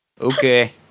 Okay